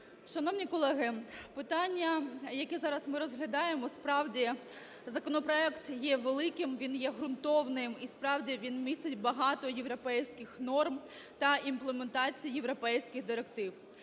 Шановні колеги, питання, яке зараз ми розглядаємо, справді законопроект є великим, він є ґрунтовним і справді він містить багато європейських норм та імплементацію європейських директив.